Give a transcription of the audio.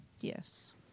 Yes